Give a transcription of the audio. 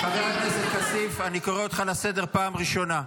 חבר הכנסת כסיף, אני קורא אותך לסדר פעם ראשונה.